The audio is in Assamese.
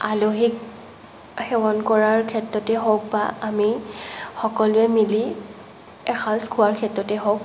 আলহীক সেৱন কৰাৰ ক্ষেত্ৰতেই হওঁক বা আমি সকলোৱে মিলি এসাজ খোৱাৰ ক্ষেত্ৰতেই হওঁক